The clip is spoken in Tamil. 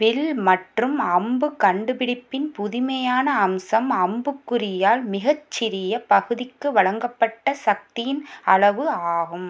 வில் மற்றும் அம்பு கண்டுபிடிப்பின் புதுமையான அம்சம் அம்புக்குறியால் மிகச்சிறிய பகுதிக்கு வழங்கப்பட்ட சக்தியின் அளவு ஆகும்